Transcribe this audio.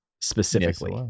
specifically